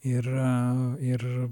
yra ir